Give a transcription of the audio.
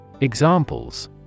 Examples